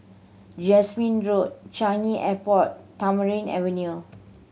Jasmine Road Changi Airport Tamarind Avenue